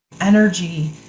energy